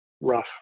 rough